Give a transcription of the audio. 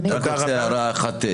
אני רוצה הערה אחת.